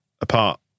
apart